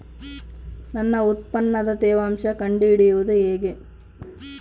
ನನ್ನ ಉತ್ಪನ್ನದ ತೇವಾಂಶ ಕಂಡು ಹಿಡಿಯುವುದು ಹೇಗೆ?